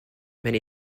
many